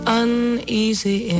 uneasy